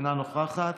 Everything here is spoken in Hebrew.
אינה נוכחת,